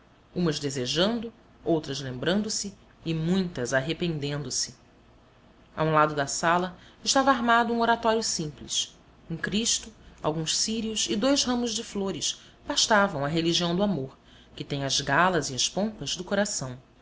umas desejando outras lembrando-se e muitas arrependendo se a um lado da sala estava armado um oratório simples um cristo alguns círios e dois ramos de flores bastavam à religião do amor que tem as galas e as pompas do coração